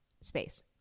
space